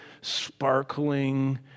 sparkling